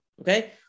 Okay